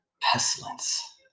pestilence